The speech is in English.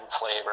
flavor